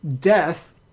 death